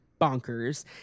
bonkers